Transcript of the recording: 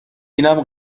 اینم